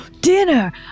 Dinner